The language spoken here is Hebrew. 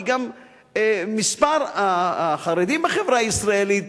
כי גם מספר החרדים בחברה הישראלית